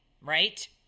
right